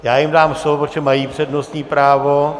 Já jim dám slovo, protože mají přednostní právo.